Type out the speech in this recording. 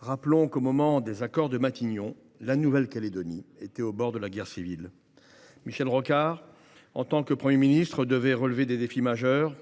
Rappelons que, au moment des accords de Matignon, la Nouvelle Calédonie était au bord de la guerre civile. Michel Rocard, en tant que Premier ministre, devait relever des défis majeurs :